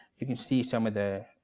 you can see some of the